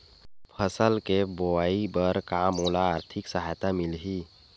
फसल के बोआई बर का मोला आर्थिक सहायता मिलही?